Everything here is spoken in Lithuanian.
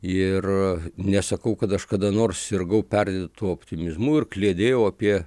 ir nesakau kad aš kada nors sirgau perdėtu optimizmu ir kliedėjau apie